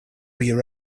your